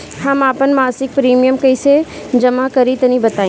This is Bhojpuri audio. हम आपन मसिक प्रिमियम कइसे जमा करि तनि बताईं?